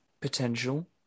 potential